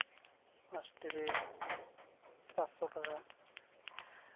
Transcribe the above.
ᱯᱟᱸᱥᱴᱤ ᱨᱮ ᱯᱟᱸᱥᱥᱳ ᱴᱟᱠᱟ